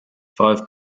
five